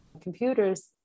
computers